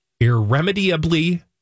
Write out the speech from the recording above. irremediably